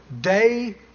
day